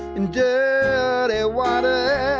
in dirty water.